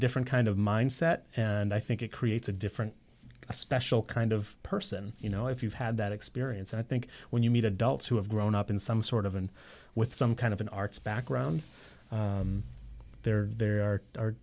different kind of mindset and i think it creates a different a special kind of person you know if you've had that experience i think when you meet adults who have grown up in some sort of and with some kind of an arts background there